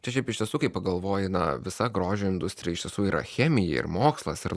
čia šiaip iš tiesų kai pagalvoji na visa grožio industrija iš tiesų yra chemija ir mokslas yra